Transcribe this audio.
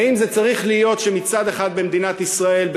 האם זה צריך להיות שמצד אחד במדינת ישראל,